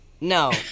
No